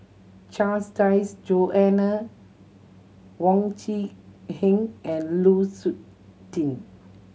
Charles Dyce Joanna Wong Quee Heng and Lu Suitin